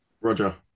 Roger